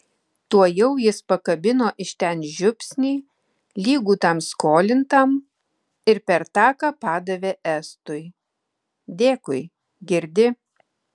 tuojau jis pakabino iš ten žiupsnį lygų tam skolintam ir per taką padavė estui dėkui girdi